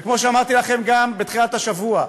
וכמו שאמרתי לכם גם בתחילת השבוע,